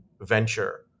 venture